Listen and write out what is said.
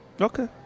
Okay